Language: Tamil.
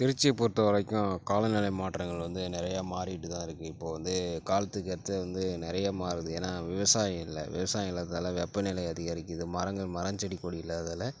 திருச்சியை பொறுத்தவரைக்கும் காலநிலை மாற்றங்கள் வந்து நிறையா மாறிட்டு தான் இருக்கு இப்போ வந்து காலத்துக்கு ஏற்று வந்து நிறைய மாறுது ஏன்னா விவசாயம் இல்லை விவசாயம் இல்லாததால வெப்பநிலை அதிகரிக்குது மரங்கள் மரம் செடி கொடி இல்லாததால